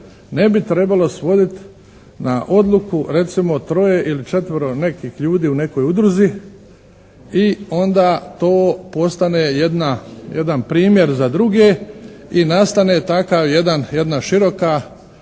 ne bi trebalo svodit na odluku recimo troje ili četvero nekih ljudi u nekoj udruzi i onda to postane jedan primjer za druge i nastane takav jedan širok